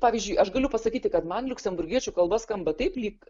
pavyzdžiui aš galiu pasakyti kad man liuksemburgiečių kalba skamba taip lyg